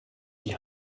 die